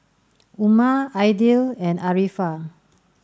Umar Aidil and Arifa